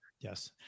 Yes